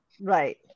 Right